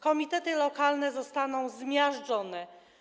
Komitety lokalne zostaną zmiażdżone.